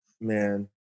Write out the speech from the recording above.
Man